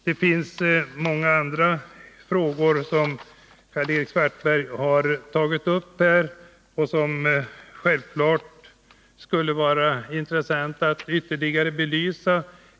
Det skulle självfallet vara intressant att ytterligare belysa många andra frågor som Karl-Erik Svartberg har tagit upp här.